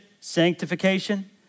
Sanctification